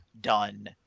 done